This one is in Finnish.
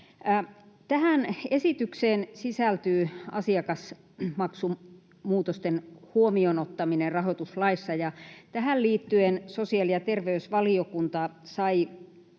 Tähän esitykseen sisältyy asiakasmaksumuutosten huomioon ottaminen rahoituslaissa, ja tähän liittyen sosiaali- ja terveysvaliokunta sai